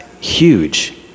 huge